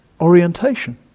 orientation